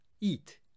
Eat